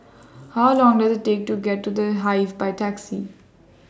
How Long Does IT Take to get to The Hive By Taxi